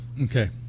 Okay